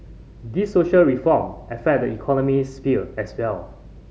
these social reform affect the economic sphere as well